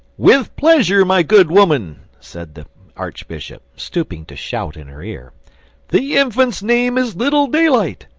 with pleasure, my good woman, said the archbishop, stooping to shout in her ear the infant's name is little daylight.